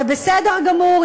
זה בסדר גמור,